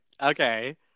Okay